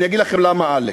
אני אגיד לכם למה עלק: